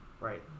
Right